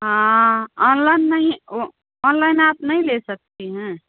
हाँ ऑनलाइन नहीं है ऑनलाइन आप नहीं ले सकती हैं